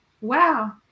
Wow